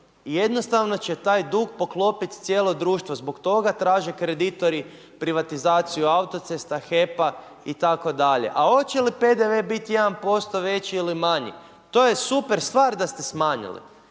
Jednostavno će taj dug poklopiti cijelo društvo. Zbog toga traže kreditori privatizaciju autocesta, HEP-a itd. A hoće li PDV biti 1% veći ili manji, to je super stvar da ste smanjili.